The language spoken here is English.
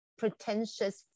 pretentious